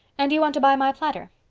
and you want to buy my platter.